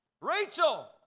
Rachel